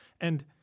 And-